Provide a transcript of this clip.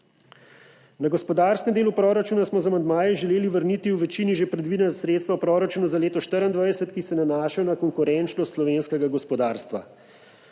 Na gospodarskem delu proračuna smo z amandmajem želeli vrniti v večini že predvidena sredstva v proračunu za leto 2024, ki se nanašajo na konkurenčnost slovenskega gospodarstva.